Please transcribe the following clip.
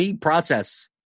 process